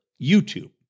YouTube